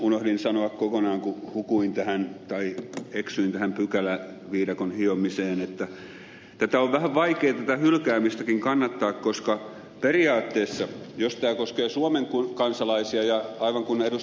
unohdin sanoa kokonaan kun eksyin tähän pykäläviidakon hiomiseen että tätä hylkäämistäkin on vähän vaikea kannattaa koska periaatteessa jos tämä koskee suomen kansalaisia ja aivan kuten ed